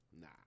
Nah